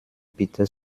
peter